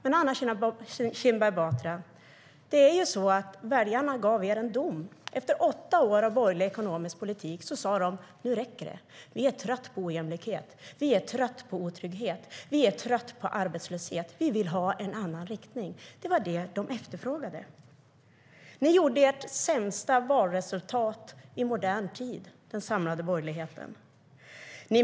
Men, Anna Kinberg Batra, väljarna gav er en dom. Efter åtta år av borgerlig ekonomisk politik sa de: Nu räcker det. Vi är trötta på ojämlikhet. Vi är trötta på otrygghet. Vi är trötta på arbetslöshet. Vi vill ha en annan riktning. Det var vad de efterfrågade. Ni i den samlade borgerligheten gjorde ert sämsta valresultat i modern tid.